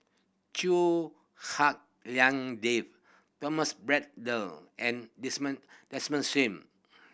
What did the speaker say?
Hak Lien Dave Thomas Braddell and Desmond Sim